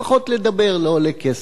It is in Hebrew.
לפחות לדבר לא עולה כסף.